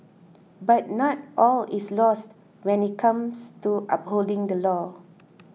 but not all is lost when it comes to upholding the law